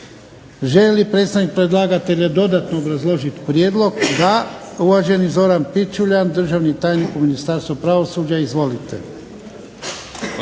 li predstavnik predlagatelja dodatno obrazložiti prijedlog? Da. Uvaženi Zoran Pičuljan, državni tajnik u Ministarstvu pravosuđa. Izvolite.